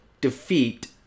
defeat